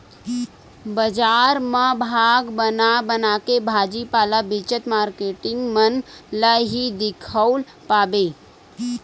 बजार म भाग बना बनाके भाजी पाला बेचत मारकेटिंग मन ल ही दिखउल पाबे